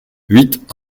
huit